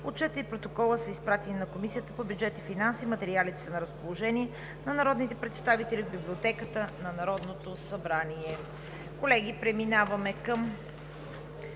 Отчетът и Протоколът са изпратени на Комисията по бюджет и финанси. Материалите са на разположение на народните представители в Библиотеката на Народното събрание. Колеги, преминаваме към